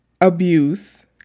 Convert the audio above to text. abuse